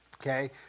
Okay